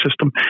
system